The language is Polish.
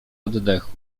oddechu